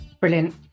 Brilliant